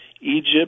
Egypt